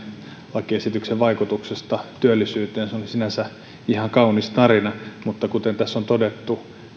lakiesityksen vaikutuksista työllisyyteen oli sinänsä ihan kaunis tarina mutta kuten tässä on todettu